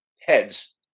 heads